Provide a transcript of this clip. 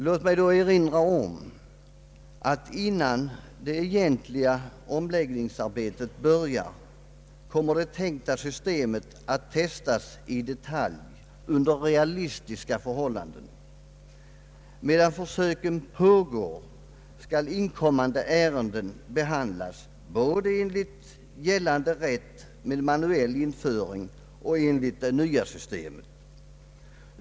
Låt mig då erinra om att innan det egentliga omläggningsarbetet börjar kommer det tänkta systemet att testas i detalj under realistiska förhållanden. Medan försöken pågår skall inkommande ärenden behandlas både enligt gällande rätt med manuell införing och enligt det nya systemet.